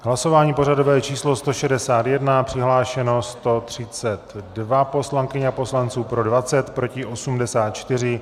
Hlasování pořadové číslo 161, přihlášeno 132 poslankyň a poslanců, pro 20, proti 84.